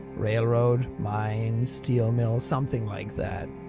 railroad? mine? steel mill? something like that.